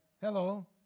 Hello